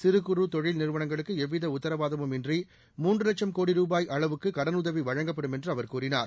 சிறு குறு தொழில் நிறுவனங்களுக்கு எவ்வித உத்தரவாதமும் இன்றி மூன்று லட்சம் கோடி ருபாய் அளவுக்கு கடனுதவி வழங்கப்படும் என்று அவர் கூறினார்